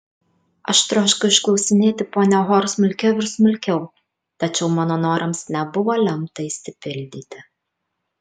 aš troškau išklausinėti ponią hor smulkiau ir smulkiau tačiau mano norams nebuvo lemta išsipildyti